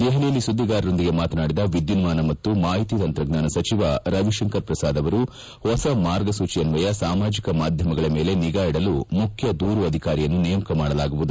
ದೆಹಲಿಯಲ್ಲಿ ಸುದ್ದಿಗಾರರೊಂದಿಗೆ ಮಾತನಾಡಿದ ವಿದ್ಯುನ್ಮಾನ ಮತ್ತು ಮಾಹಿತಿ ತಂತ್ರಜ್ಞಾನ ಸಚಿವ ರವಿಶಂಕರ್ ಪ್ರಸಾದ್ ಅವರು ಹೊಸ ಮಾರ್ಗಸೂಚಿ ಅನ್ವಯ ಸಾಮಾಜಿಕ ಮಾಧ್ಯಮಗಳ ಮೇಲೆ ನಿಗಾ ಇಡಲು ಮುಖ್ಯ ದೂರು ಅಧಿಕಾರಿಯನ್ನು ನೇಮಕ ಮಾಡಲಾಗುವುದು